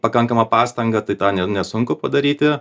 pakankama pastanga tai tą ne nesunku padaryti